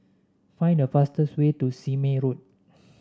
find the fastest way to Sime Road